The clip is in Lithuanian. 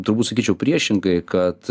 turbūt sakyčiau priešingai kad